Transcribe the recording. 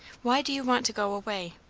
why do you want to go away?